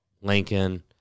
lincoln